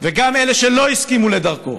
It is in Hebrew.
וגם אלה שלא הסכימו לדרכו